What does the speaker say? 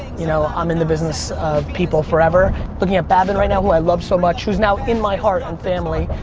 you know i'm in the business of people forever looking at bavin right now, who i love so much, who's now in my heart and family.